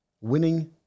Winning